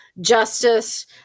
justice